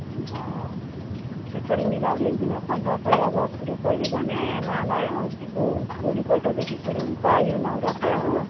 अन्त त्यसरी मिलाएर लेखिदिनु होस् न दसैँ अब सुरु कहिले भने महालय औँसीको भोलि पल्ट देखि सुरु हुन्छ यो नौरथा हो